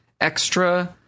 extra